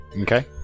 Okay